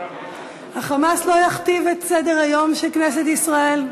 ה"חמאס" לא יכתיב את סדר-היום של כנסת ישראל.